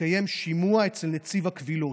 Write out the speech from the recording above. התקיים שימוע אצל נציב הקבילות.